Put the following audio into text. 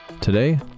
Today